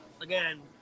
again